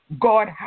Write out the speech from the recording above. God